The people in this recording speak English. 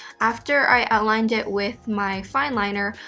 after i aligned it with my fine liner,